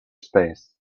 space